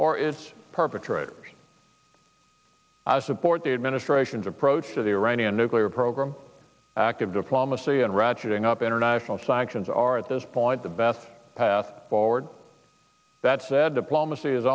or is perpetrators administration's approach to the iranian nuclear program active diplomacy and ratcheting up international sanctions are at this point the best path forward that said diplomacy is